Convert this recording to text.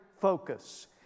focus